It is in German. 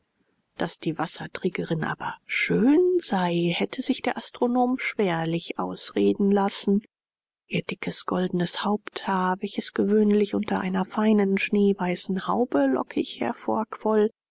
daß die wasserträgerin aber schön sei hätte sich der astronom schwerlich ausreden lassen ihr dickes goldenes haupthaar welches gewöhnlich unter einer feinen schneeweißen haube lockig hervorquoll